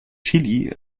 chili